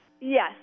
Yes